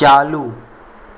ચાલુ